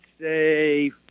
say